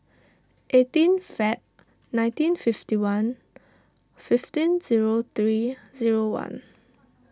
eighteen Feb nineteen fifty one fifteen zero three zero one